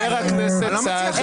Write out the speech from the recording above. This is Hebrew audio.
חבר הכנסת סעדה.